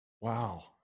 Wow